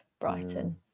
Brighton